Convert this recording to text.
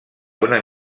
una